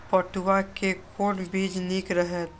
पटुआ के कोन बीज निक रहैत?